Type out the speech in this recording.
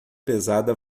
pesada